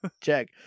check